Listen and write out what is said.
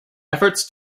efforts